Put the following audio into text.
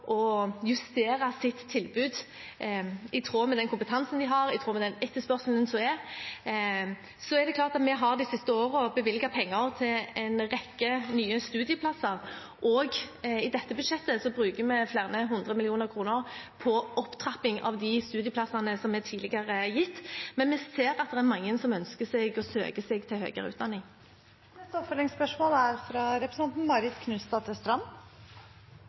justere sitt tilbud i tråd med den kompetansen de har, i tråd med den etterspørselen som er. Så har vi de siste årene bevilget penger til en rekke nye studieplasser. Også i dette budsjettet bruker vi flere hundre millioner kroner på opptrapping av de studieplassene som vi tidligere har gitt. Men vi ser at det er mange som ønsker seg og søker seg til høyere utdanning. Marit Knutsdatter Strand – til oppfølgingsspørsmål. Det er